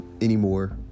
anymore